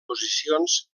posicions